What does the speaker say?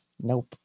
Nope